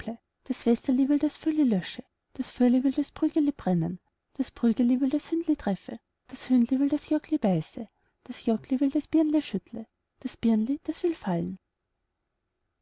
das wässerli will das fürli lösche das fürli will das prügeli brenne das prügeli will das hündli treffe das hündli will das jockli beiße das jockli will das birnli schüttle das birnli das will fallen